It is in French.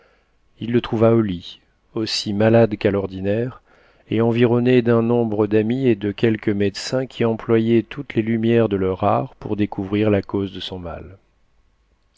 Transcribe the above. il le trouva au lit aussi malade qu'à l'ordinaire et environné d'un nombre d'amis et de quelques médecins qui employaient toutes les lumières de leur art pour découvrir ta cause de son mal